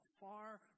far